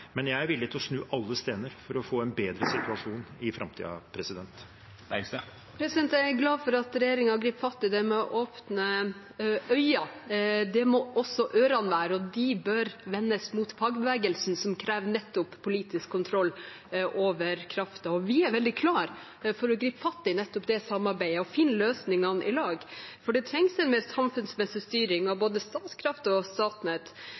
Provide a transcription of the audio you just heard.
Jeg er villig til å snu alle steiner for å få en bedre situasjon i framtiden. Jeg er glad for at regjeringen griper fatt i det med åpne øyne. Det må også ørene være, og de bør vendes mot fagbevegelsen, som krever nettopp politisk kontroll over kraften. Vi er veldig klar for å gripe fatt i nettopp det samarbeidet og finne løsningene i lag. Det trengs mer samfunnsmessig styring av både Statskraft og Statnett.